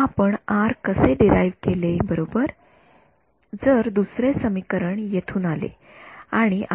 आपण आर कसे डिराइव्ह केले बरोबर जर दुसरे समीकरण येथून आले आणि आपण ते अंमलात आणले